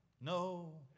no